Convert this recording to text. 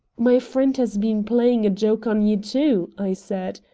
my friend has been playing a joke on you, too, i said.